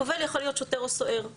הקובל יכול להיות רק שוטר או סוהר,